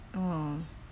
oh